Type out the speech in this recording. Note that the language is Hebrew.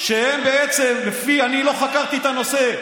שהם בעצם, אני לא חקרתי את הנושא,